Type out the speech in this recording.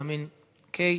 ויטמין K,